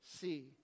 see